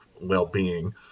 well-being